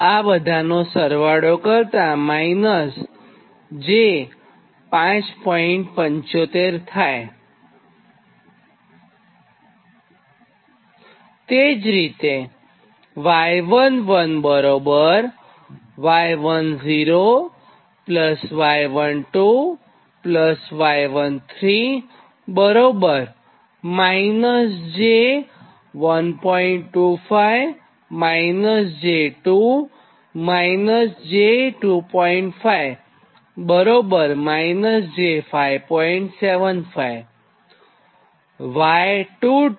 આ બધાનો સરવાળો કરો તે -j5